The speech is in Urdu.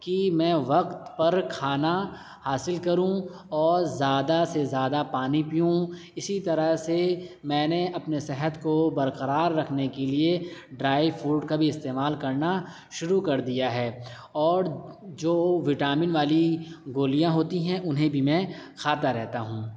کہ میں وقت پر کھانا حاصل کروں اور زیادہ سے زیادہ پانی پیوں اسی طرح سے میں نے اپنے صحت کو برقرار رکھنے کے لیے ڈرائی فروٹ کا بھی استعمال کرنا شروع کر دیا ہے اور جو وٹامن والی گولیاں ہوتی ہیں انہیں بھی میں کھاتا رہتا ہوں